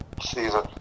season